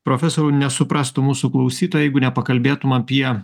profesoriau nesuprastų mūsų klausytojai jeigu nepakalbėtum apie